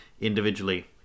individually